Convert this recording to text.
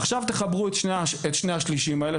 עכשיו תחברו את שני השלישים האלה,